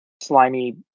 slimy